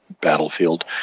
battlefield